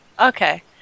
Okay